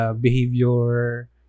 Behavior